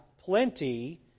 plenty